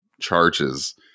charges